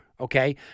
Okay